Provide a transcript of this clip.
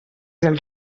del